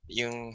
yung